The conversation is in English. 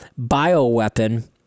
bioweapon